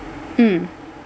mm